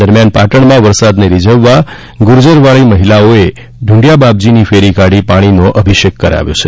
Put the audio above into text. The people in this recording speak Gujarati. દરમિયાન પાટણમાં વરસાદને રીઝવવા ગુર્જરવાળી મહિલાઓએ ઢૂંઢિયા બાપજીની ફેરી કાઢી પાણીનો અભિષેક કરાવ્યો છે